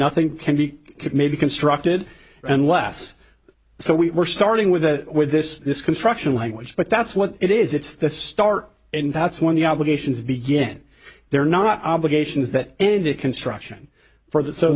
nothing can be could may be constructed and less so we were starting with that with this this construction language but that's what it is it's the start and that's when the obligations begin they're not obligations that end the construction for that so